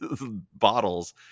bottles